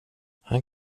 han